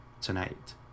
tonight